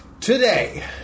Today